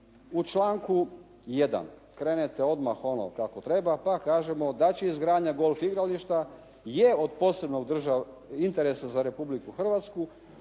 u članku 1. krenete odmah ono kako treba, pa kažemo da će izgradnja golf igrališta je od posebnog interesa za Republiku Hrvatsku